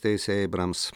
steisi eibrams